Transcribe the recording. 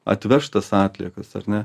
atvežt tas atliekas ar ne